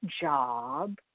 job